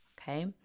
Okay